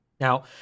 Now